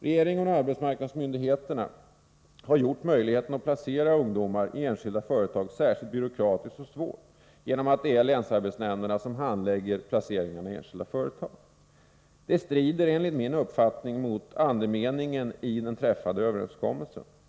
Regeringen och arbetsmarknadsmyndigheterna har gjort det särskilt byråkratiskt och svårt att placera ungdomar i enskilda företag genom att det är länsarbetsnämnderna som handlägger frågor om placering i enskilda företag. Det strider enligt min uppfattning mot andemeningen i den träffade överenskommelsen.